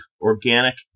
organic